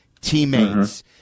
teammates